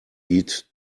eat